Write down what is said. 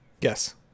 yes